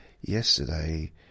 ...yesterday